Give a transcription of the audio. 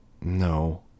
No